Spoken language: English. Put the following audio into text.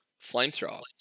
flamethrower